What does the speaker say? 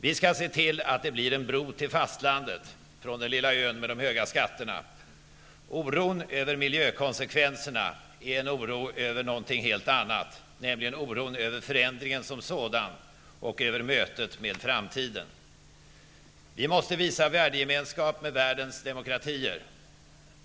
Vi skall se till att det blir en bro till fastlandet från den lilla ön med de höga skatterna. Oron över miljökonsekvenserna är en oro över någonting helt annat, nämligen oron över förändringen som sådan och över mötet med framtiden. Vi måste visa värdegemenskap med världens demokratier.